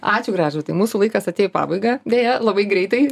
ačiū gražvydai mūsų laikas atėjo į pabaigą deja labai greitai